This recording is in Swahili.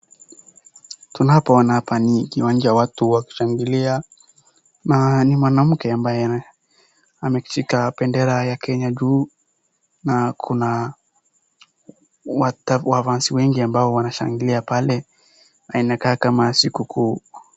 Tunapo ona hapa ni kiwanja watu wakishangilia na ni mwanamke ambaye ameshika bendera ya Kenya juu. Na kuna wa fans wengi ambao wanashangilia pale inaka kama sikukuu.